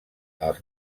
els